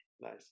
Nice